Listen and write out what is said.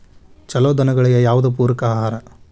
ಛಲೋ ದನಗಳಿಗೆ ಯಾವ್ದು ಪೂರಕ ಆಹಾರ?